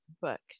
book